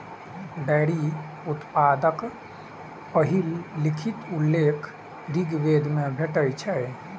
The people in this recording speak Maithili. डेयरी उत्पादक पहिल लिखित उल्लेख ऋग्वेद मे भेटै छै